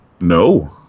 No